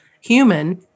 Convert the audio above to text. human